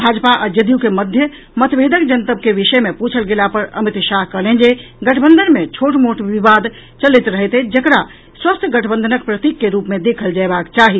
भाजपा आ जदयू के मध्य मतभेदक जनतब के विषय मे पूछल गेला पर अमित शाह कहलनि जे गठबंधन मे छोट मोट विवाद चलैत रहैत अछि जकरा स्वस्थ गठबंधनक प्रतीक के रूप मे देखल जयबाक चाही